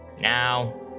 now